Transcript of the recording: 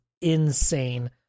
insane